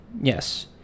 yes